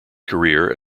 career